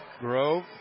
Grove